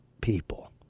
people